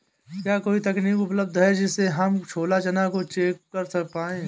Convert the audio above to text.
क्या कोई तकनीक उपलब्ध है जिससे हम छोला चना को चेक कर पाए?